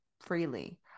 freely